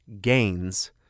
gains